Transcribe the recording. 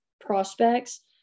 prospects